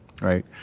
right